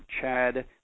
Chad